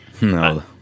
no